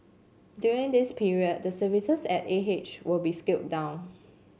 during this period the services at A H will be scaled down